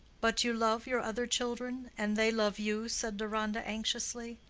but you love your other children, and they love you? said deronda, anxiously.